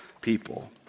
people